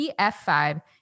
PF5